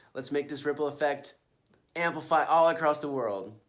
let's make this ripple effect amplify all across the world.